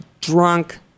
Drunk